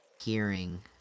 hearing